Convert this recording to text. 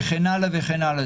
וכן הלאה וכן הלאה.